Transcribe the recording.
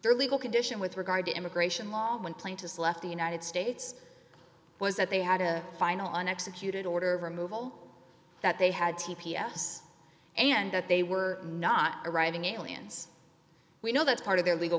their legal condition with regard to immigration law when plaintiffs left the united states was that they had a final and executed order of removal that they had t p s and that they were not arriving aliens we know that part of their legal